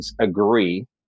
agree